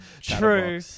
true